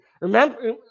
remember